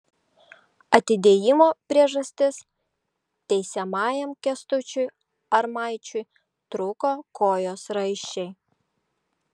atidėjimo priežastis teisiamajam kęstučiui armaičiui trūko kojos raiščiai